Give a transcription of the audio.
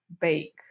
bake